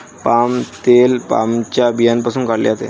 palm तेल पामच्या बियांपासून काढले जाते